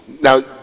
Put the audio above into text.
now